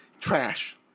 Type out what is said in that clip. Trash